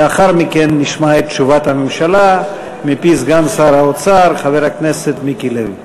לאחר מכן נשמע את תשובת הממשלה מפי סגן שר האוצר חבר הכנסת מיקי לוי.